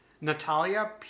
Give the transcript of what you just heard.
Natalia